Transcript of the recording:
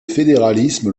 fédéralisme